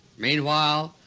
meanwhile,